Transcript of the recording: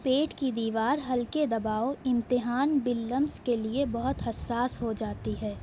پیٹ کی دیوار ہلکے دباؤ امتحان بلمس کے لیے بہت حساس ہو جاتی ہے